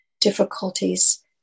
difficulties